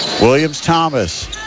Williams-Thomas